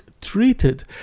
treated